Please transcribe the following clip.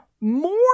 more